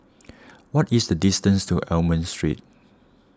what is the distance to Almond Street